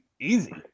easy